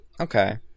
okay